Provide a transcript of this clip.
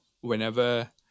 whenever